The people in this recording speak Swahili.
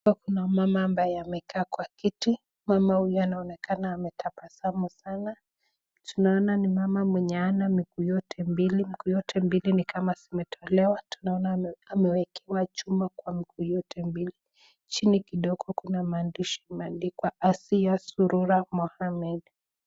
Hapo kuna mama ambaye amekaa kwa kiti. Mama huyo anaonekana ametabasamu sana. Tunaona ni mama mwenye hana miguu yote mbili. Miguu yote mbili ni kama zimetolewa, tunaona amewekewa chuma kwa miguu yote mbili. Chini kidogo kuna maandishi imeandikwa Asiya Sururu Mohammed.